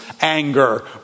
anger